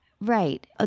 Right